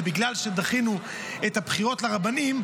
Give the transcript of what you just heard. שבגלל שדחינו את הבחירות לרבנים,